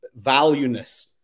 valueness